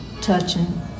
touching